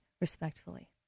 respectfully